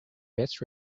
best